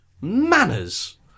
manners